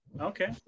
Okay